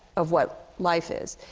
of what life is.